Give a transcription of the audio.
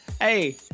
Hey